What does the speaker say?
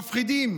מפחידים,